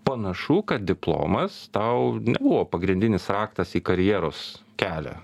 panašu kad diplomas tau buvo pagrindinis raktas į karjeros kelią